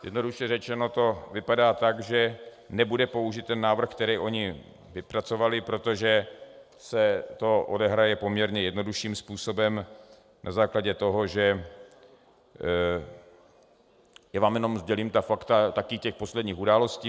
Jednoduše řečeno to vypadá tak, že nebude použit návrh, který oni vypracovali, protože se to odehraje poměrně jednodušším způsobem na základě toho, že já vám jenom sdělím ta fakta a taky ty poslední události.